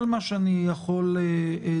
כל מה שאני יכול לומר,